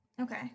Okay